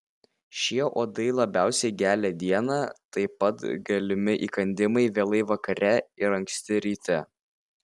šie uodai labiausiai gelia dieną taip pat galimi įkandimai vėlai vakare ir anksti ryte